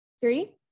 Three